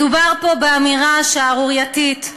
מדובר באמירה שערורייתית,